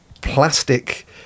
plastic